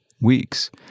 weeks